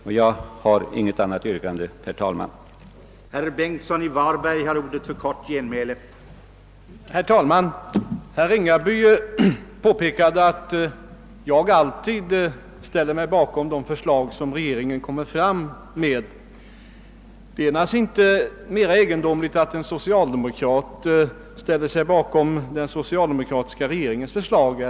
Jag har, herr talman, inget annat yrkande än bifall till reservationen.